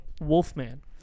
wolfman